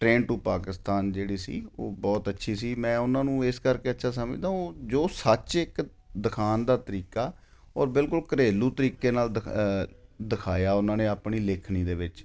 train to Pakistan ਜਿਹੜੀ ਸੀ ਉਹ ਬਹੁਤ ਅੱਛੀ ਸੀ ਮੈਂ ਉਹਨਾਂ ਨੂੰ ਇਸ ਕਰਕੇ ਅੱਛਾ ਸਮਝਦਾ ਉਹ ਜੋ ਸੱਚ ਇੱਕ ਦਿਖਾਉਣ ਦਾ ਤਰੀਕਾ ਔਰ ਬਿਲਕੁਲ ਘਰੇਲੂ ਤਰੀਕੇ ਨਾਲ ਦਿਖਾ ਦਿਖਾਇਆ ਉਹਨਾਂ ਨੇ ਆਪਣੀ ਲਿਖਣੀ ਦੇ ਵਿੱਚ